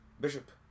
Bishop